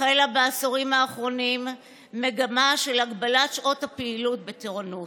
החלה בעשורים האחרונים מגמה של הגבלת שעות הפעילות בתורנויות.